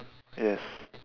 yes